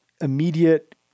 immediate